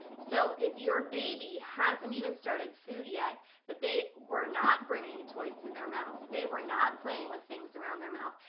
so if your baby hasn't even started food yet but they were not bringing toys to their mouth, they were not playing with things around their mouth,